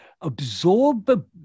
absorb